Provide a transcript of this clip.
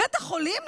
בית החולים,